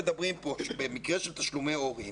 במקרה של תשלומי הורים,